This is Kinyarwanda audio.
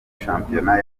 shampiyona